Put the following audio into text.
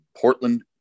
Portland